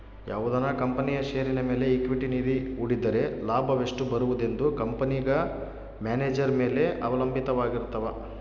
ಯಾವುದನ ಕಂಪನಿಯ ಷೇರಿನ ಮೇಲೆ ಈಕ್ವಿಟಿ ನಿಧಿ ಹೂಡಿದ್ದರೆ ಲಾಭವೆಷ್ಟು ಬರುವುದೆಂದು ಕಂಪೆನೆಗ ಮ್ಯಾನೇಜರ್ ಮೇಲೆ ಅವಲಂಭಿತವಾರಗಿರ್ತವ